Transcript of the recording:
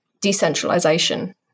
decentralization